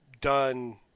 done